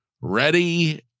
ready